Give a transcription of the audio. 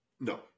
No